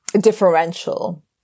differential